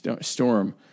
Storm